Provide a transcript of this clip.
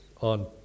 on